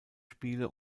spiele